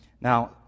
Now